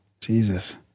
Jesus